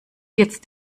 jetzt